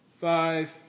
five